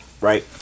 right